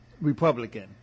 Republican